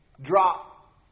drop